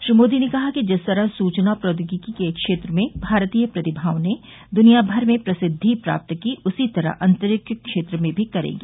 श्री मोदी ने कहा कि जिस तरह सूचना प्रौद्योगिकी के क्षेत्र में भारतीय प्रतिभाओं ने दुनियाभर में प्रसिद्वि प्राप्त की उसी तरह अंतरिक्ष क्षेत्र में भी करेंगी